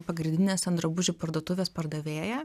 pagrindinės ten drabužių parduotuvės pardavėja